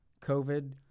COVID